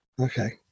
Okay